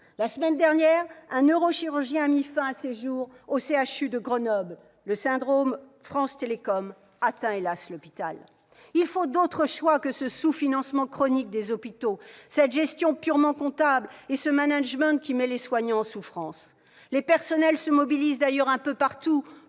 La semaine dernière, un neurochirurgien a mis fin à ses jours au CHU de Grenoble : le syndrome France Télécom atteint, hélas ! l'hôpital. Il faut d'autres choix que ce sous-financement chronique des hôpitaux, cette gestion purement comptable et ce management qui met les soignants en souffrance. Les personnels se mobilisent d'ailleurs un peu partout